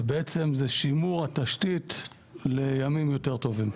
ובעצם, זה שימור התשתית לימים יותר טובים.